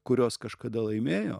kurios kažkada laimėjo